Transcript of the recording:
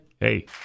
Hey